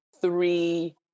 three